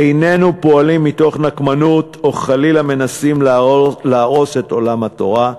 איננו פועלים מתוך נקמנות או חלילה מנסים להרוס את עולם התורה,